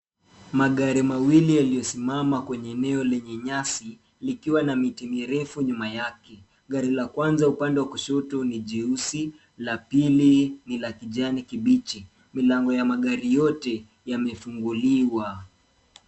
Magari mawili yaliyosimama kwenye eneo lenye nyasi ikiwa na miti mirefu nyuma yake. Gari la kwanza upande wa kushoto, ni jeusi. La pili, ni la kijani kibichi. Milango ya magari yote yamefunguliwa.